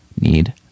Need